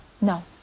No